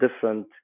different